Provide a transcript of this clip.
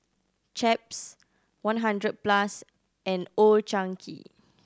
Chaps one Hundred Plus and Old Chang Kee